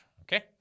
Okay